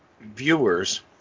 viewers